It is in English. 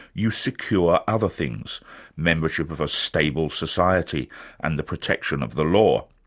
you secure other things membership of a stable society and the protection of the law.